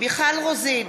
מיכל רוזין,